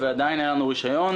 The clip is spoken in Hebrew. עדיין אין לנו רישיון.